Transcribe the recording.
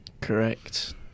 Correct